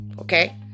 Okay